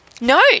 No